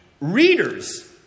readers